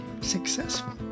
successful